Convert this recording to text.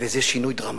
וזה שינוי דרמטי.